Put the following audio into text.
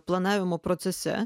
planavimo procese